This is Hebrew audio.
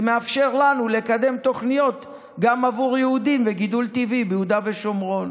זה מאפשר לנו לקדם תוכניות לגידול טבעי ביהודה ושומרון